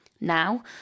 now